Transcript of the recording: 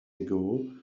ago